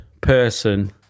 person